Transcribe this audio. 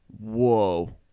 Whoa